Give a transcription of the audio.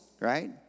right